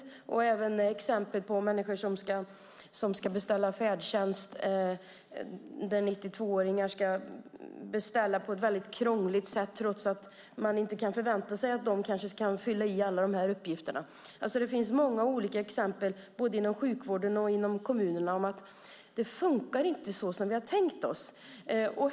Det finns även exempel från människor som ska beställa färdtjänst. 92-åringar måste beställa på ett krångligt sätt trots att man inte gärna kan vänta sig att de kan fylla i alla uppgifter. Både inom sjukvården och i kommunerna finns det många exempel där det inte funkar som man har tänkt sig.